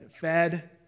fed